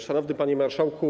Szanowny Panie Marszałku!